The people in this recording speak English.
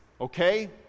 okay